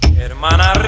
hermana